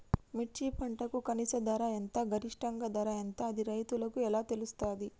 మిర్చి పంటకు కనీస ధర ఎంత గరిష్టంగా ధర ఎంత అది రైతులకు ఎలా తెలుస్తది?